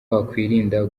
wakwirinda